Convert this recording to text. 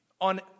on